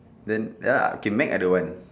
then ya lah okay Mac I don't want